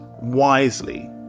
wisely